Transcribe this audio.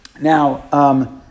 Now